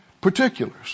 particulars